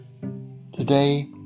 Today